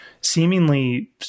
seemingly